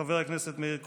חבר הכנסת מאיר כהן.